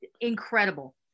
Incredible